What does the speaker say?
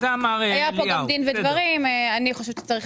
היו פה גם דין ודברים; אני חושבת שצריך